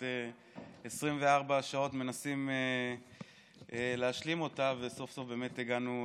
24 שעות מנסים להשלים אותה וסוף-סוף באמת הגענו